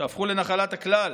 שהפכו לנחלת הכלל,